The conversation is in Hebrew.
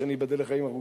שאני אבדל לחיים ארוכים.